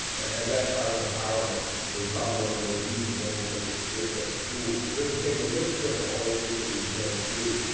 and kind of empowerment was probably one of the most beautiful moments that we experienced at the school. it became the lynchpin for all the things that we began to do.